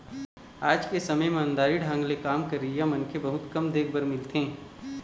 आज के समे म ईमानदारी ढंग ले काम करइया मनखे बहुत कम देख बर मिलथें